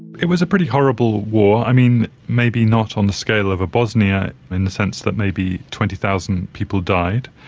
it was a pretty horrible war. i mean, maybe not on the scale of a bosnia in the sense that maybe twenty thousand people died,